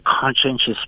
conscientious